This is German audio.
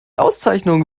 auszeichnung